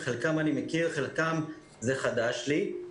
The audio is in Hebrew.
את חלקם אני מכיר וחלקם חדשי לי.